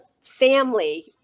family